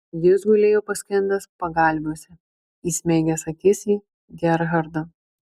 jis gulėjo paskendęs pagalviuose įsmeigęs akis į gerhardą